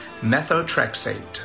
Methotrexate